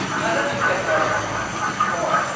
now, let's look at another example. meet lauren.